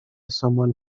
someone